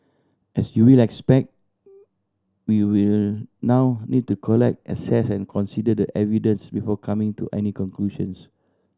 as you will expect we will now need to collect assess and consider the evidence before coming to any conclusions